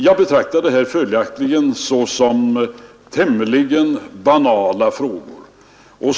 Jag betraktar följaktligen detta som tämligen banala frågor.